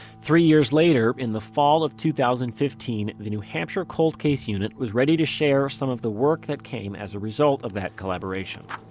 three years later, in the fall of two thousand and fifteen, the new hampshire cold case unit was ready to share some of the work that came as a result of that collaboration